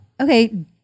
Okay